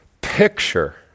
picture